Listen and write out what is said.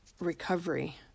recovery